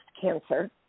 cancer